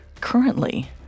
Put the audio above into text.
Currently